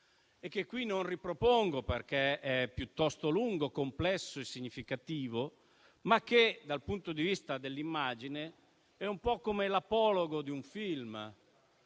Qui non lo ripropongo, perché è piuttosto lungo, complesso e significativo, ma dal punto di vista dell'immagine è un po' come l'apologo di un film